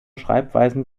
schreibweisen